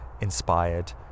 inspired